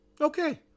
Okay